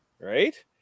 right